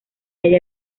halla